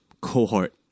cohort